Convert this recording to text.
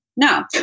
No